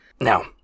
Now